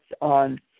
on